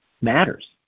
matters